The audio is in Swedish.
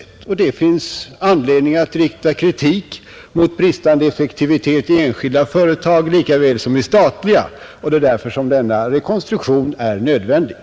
Det är därför som denna rekonstruktion är nödvändig. Det finns anledning att rikta kritik mot bristande effektivitet i enskilda företag lika väl som i statliga.